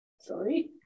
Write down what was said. Sorry